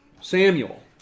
Samuel